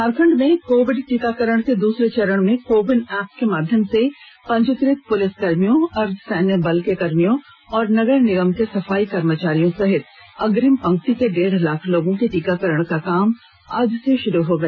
झारखंड में कोविड टीकाकरण के दूसरे चरण में कोविन ऐप के माध्यम से पंजीकृत पुलिसकर्मियों अर्धसैनिक बल के कर्मियों और नगर निगम के सफाई कर्मचारियों सहित अग्रिम पंक्ति के डेढ लाख लोगों के टीकाकरण का काम आज से शुरू हो गया